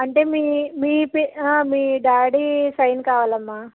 అంటే మీ మీ పే మీ డాడీ సైన్ కావాలమ్మా